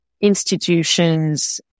institutions